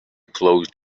closed